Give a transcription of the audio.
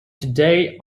today